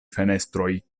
fenestroj